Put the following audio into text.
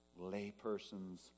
laypersons